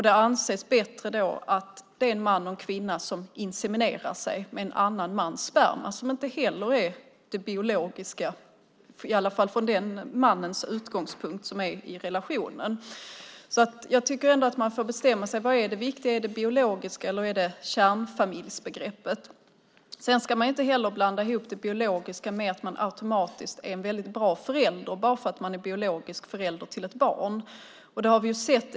Det anses bättre att det är en man och en kvinna vid insemination, trots att det är en annan mans sperma och alltså inte biologiskt från mannen i relationens utgångspunkt. Man får bestämma sig. Vad är det viktiga? Är det kärnfamiljsbegreppet eller det biologiska? Man ska inte heller utgå från att man automatiskt är en bra förälder bara för att man är biologisk förälder till ett barn.